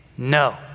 No